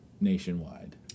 nationwide